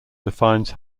defines